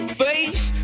face